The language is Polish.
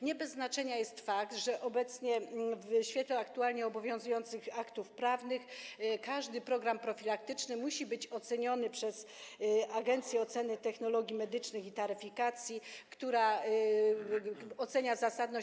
Nie bez znaczenia jest fakt, że w świetle aktualnie obowiązujących aktów prawnych każdy program profilaktyczny musi być zaopiniowany przez Agencję Oceny Technologii Medycznych i Taryfikacji, która ocenia jego zasadność.